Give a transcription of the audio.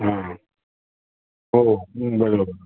हां हो हो बरोबर